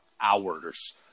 hours